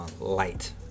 Light